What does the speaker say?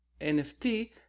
NFT